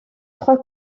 trois